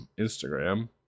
instagram